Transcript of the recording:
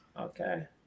Okay